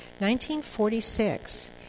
1946